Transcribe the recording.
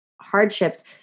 hardships